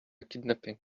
kidnapping